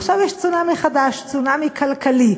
עכשיו יש צונאמי חדש, צונאמי כלכלי.